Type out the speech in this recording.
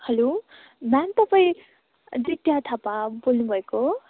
hello ma'am तपाईँ आदित्य थापा बोल्नुभएको हो